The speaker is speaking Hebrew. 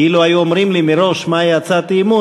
כי אילו היו אומרים לי מראש מהי הצעת האי-אמון,